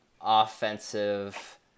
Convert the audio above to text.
offensive